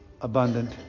abundant